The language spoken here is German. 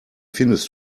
findest